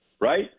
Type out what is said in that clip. right